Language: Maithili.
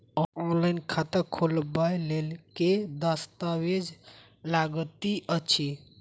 ऑनलाइन खाता खोलबय लेल केँ दस्तावेज लागति अछि?